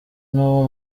n’uwo